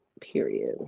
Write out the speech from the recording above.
period